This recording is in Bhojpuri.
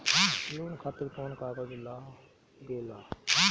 लोन खातिर कौन कागज लागेला?